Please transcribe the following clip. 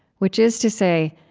which is to say,